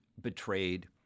betrayed